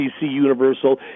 Universal